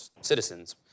citizens